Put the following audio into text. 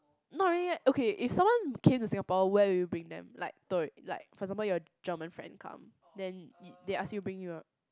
not really eh okay if someone came to Singapore where will you bring them like like for example your German friend come then (E) they ask you to bring you a~